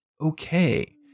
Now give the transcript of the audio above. okay